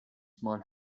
small